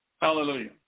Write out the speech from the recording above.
Hallelujah